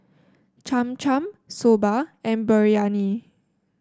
Cham Cham Soba and Biryani